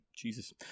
Jesus